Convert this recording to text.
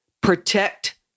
protect